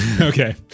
Okay